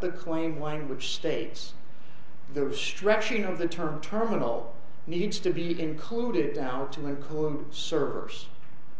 the claim language states the stretching of the term terminal needs to be included down to coombe servers